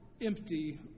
empty